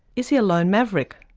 is he a lone maverick?